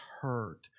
hurt